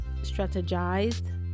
strategized